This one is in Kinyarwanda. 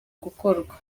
gukorwa